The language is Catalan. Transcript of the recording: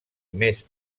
més